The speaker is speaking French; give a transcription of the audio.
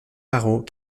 marot